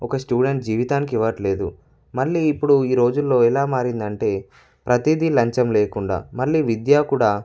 ఒక స్టూడెంట్ జీవితానికి ఇవ్వటం లేదు మళ్ళీ ఇప్పుడు ఈ రోజుల్లో ఎలా మారింది అంటే ప్రతిదీ లంచం లేకుండా మళ్ళీ విద్యా కూడా